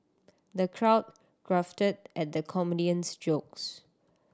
the crowd at the comedian's jokes